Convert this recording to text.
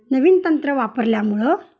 नवीन तंत्र वापरल्यामुळं